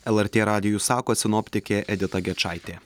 lrt radijui sako sinoptikė edita gečaitė